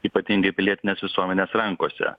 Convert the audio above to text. ypatingai pilietinės visuomenės rankose